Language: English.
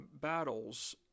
battles